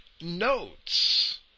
notes